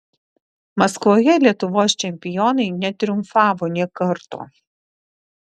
maskvoje lietuvos čempionai netriumfavo nė karto